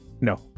No